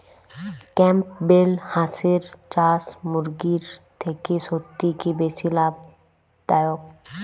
Campbell হাঁসের চাষ মুরগির থেকে সত্যিই কি বেশি লাভ দায়ক?